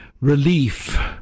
relief